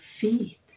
feet